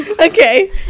okay